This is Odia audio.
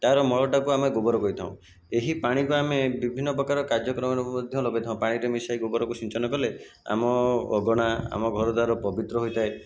ତାହାର ମଳଟାକୁ ଆମେ ଗୋବର କହିଥାଉ ଏହି ପାଣିକୁ ଆମେ ବିଭିନ ପ୍ରକାର କାର୍ଯ୍ୟକ୍ରମରେ ମଧ୍ୟ ଲଗେଇଥାଉ ପାଣିଟି ମିଶେଇ ଗୋବରକୁ ସିଞ୍ଚନ କଲେ ଆମ ଅଗଣା ଆମ ଘରଦ୍ଵାର ପବିତ୍ର ହୋଇଥାଏ